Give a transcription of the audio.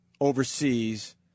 overseas